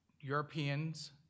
Europeans